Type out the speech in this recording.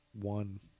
one